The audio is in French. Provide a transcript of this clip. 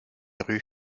rues